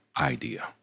idea